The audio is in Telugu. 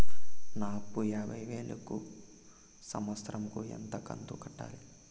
నా అప్పు యాభై వేలు కు సంవత్సరం కు ఎంత కంతు కట్టాలి?